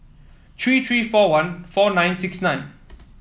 three three four one four nine six nine